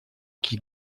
qui